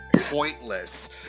pointless